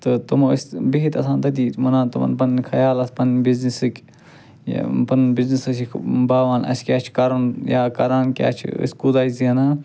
تہٕ تِم ٲسۍ بیہِتھ آسان تٔتی وَنان تِمَن پَنٕنۍ خیالات پَننہِ بِزنیٚسٕکۍ یا پَنُن بِزنیٚس ٲسِکھ باوان اسہِ کیٛاہ چھُ کَرُن یا کران کیٛاہ چھِ أسۍ کوٗتاہ چھِ زینان